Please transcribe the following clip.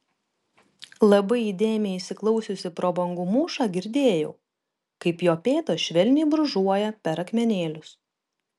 labai įdėmiai įsiklausiusi pro bangų mūšą girdėjau kaip jo pėdos švelniai brūžuoja per akmenėlius